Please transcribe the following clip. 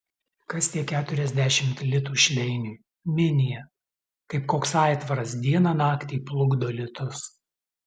kas tie keturiasdešimt litų šleiniui minija kaip koks aitvaras dieną naktį plukdo litus